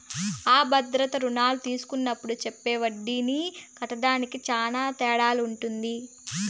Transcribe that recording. అ భద్రతా రుణాలు తీస్కున్నప్పుడు చెప్పే ఒడ్డీకి కట్టేదానికి తేడా శాన ఉంటది